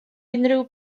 unrhyw